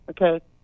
okay